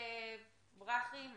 ברכי דליצקי,